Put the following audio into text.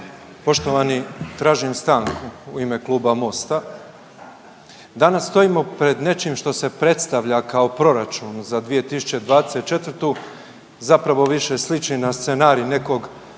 Poštovani tražim stanku u ime Kluba MOST-a. Danas stojimo pred nečim što se predstavlja kao proračun za 2024., zapravo više sliči na scenarij nekog